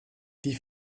die